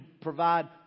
provide